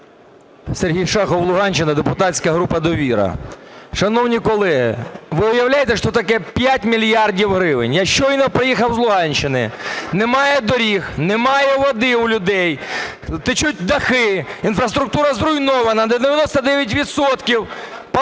Сергій Шахов, Луганщина, депутатська група "Довіра". Шановні колеги, ви уявляєте, що таке 5 мільярдів гривень? Я щойно приїхав з Луганщини. Немає доріг, немає води у людей, течуть дахи, інфраструктура зруйнована на 99